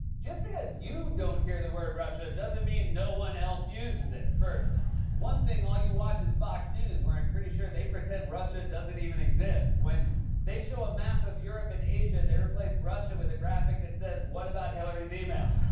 just because you don't hear the word russia, doesn't mean no one else uses it. for one thing, all you watch is fox news, where i'm pretty sure they pretend russia doesn't even exist. when they show a map of europe and asia, they replace russia with a graphic that says, what about hillary's e-mails?